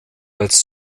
als